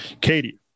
katie